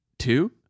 Two